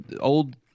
old –